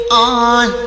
on